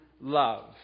love